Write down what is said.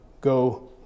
Go